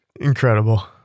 Incredible